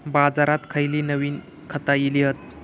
बाजारात खयली नवीन खता इली हत?